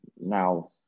now